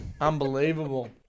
unbelievable